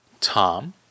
tom